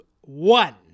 one